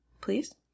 Please